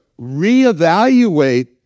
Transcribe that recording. reevaluate